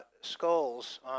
skulls